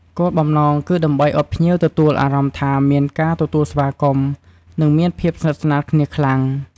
គោលបំណង គឺដើម្បីឱ្យភ្ញៀវទទួលអារម្មណ៍ថាមានការទទួលស្វាគមន៍ និងមានភាពស្និទ្ធស្នាលគ្នាខ្លាំង។